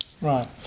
Right